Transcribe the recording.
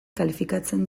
kalifikatzen